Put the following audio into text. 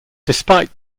despite